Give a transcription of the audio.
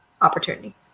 opportunity